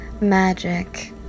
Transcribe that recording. Magic